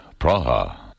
Praha